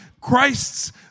Christ's